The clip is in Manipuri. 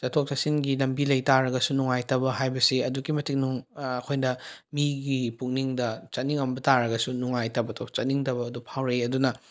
ꯆꯠꯊꯣꯛ ꯆꯠꯁꯤꯟꯒꯤ ꯂꯝꯕꯤ ꯂꯩ ꯇꯥꯔꯒꯁꯨ ꯅꯨꯡꯉꯥꯏꯇꯕ ꯍꯥꯏꯕꯁꯤ ꯑꯗꯨꯛꯀꯤ ꯃꯇꯤꯛ ꯑꯩꯈꯣꯏꯗ ꯃꯤꯒꯤ ꯄꯨꯛꯅꯤꯡꯗ ꯆꯠꯅꯤꯡꯉꯝꯕ ꯇꯥꯔꯒꯁꯨ ꯅꯨꯡꯉꯥꯏꯇꯕꯗꯣ ꯆꯠꯅꯤꯡꯗꯕꯗꯣ ꯐꯥꯎꯔꯛꯏ ꯑꯗꯨꯅ